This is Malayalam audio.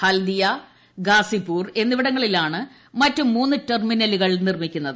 ഹാൽദിയ ഗാസിപൂർ എന്നിവിടങ്ങളിലാണ് മറ്റ് മൂന്ന് ടെർമിനലുകൾ നിർമ്മിക്കുന്നത്